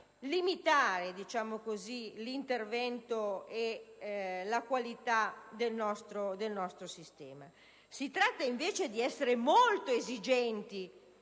limitare l'intervento e la qualità del nostro sistema. Si tratta invece di essere molto esigenti